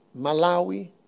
Malawi